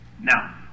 Now